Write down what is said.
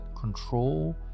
control